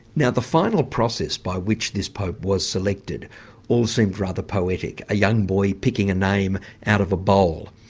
now the final process by which which this pope was selected all seems rather poetic a young boy picking a name out of a bowl,